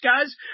guys